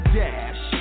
dash